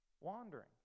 wandering